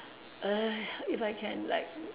err if I can like